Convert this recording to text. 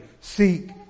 seek